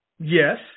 Yes